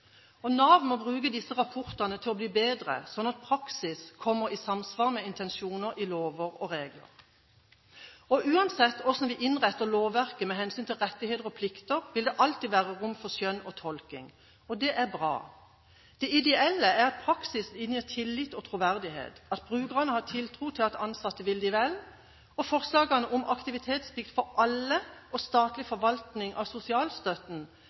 2010. Nav må bruke disse rapportene til å bli bedre, slik at praksis kommer i samsvar med intensjonene i lover og regler. Uansett hvordan vi innretter lovverket med hensyn til rettigheter og plikter, vil det alltid være rom for skjønn og tolking. Det er bra. Det ideelle er at praksis inngir tillit og troverdighet, at brukerne har tiltro til at ansatte vil dem vel. Forslagene om aktivitetsplikt for alle og statlig forvaltning av sosialstøtten